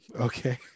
okay